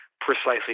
precisely